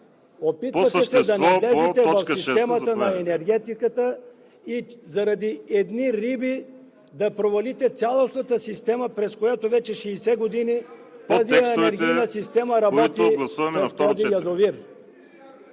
Опитвате се да навлезете в системата на енергетиката и заради едни риби да провалите цялостната система! Вече 60 години тази енергийна система работи с този язовир!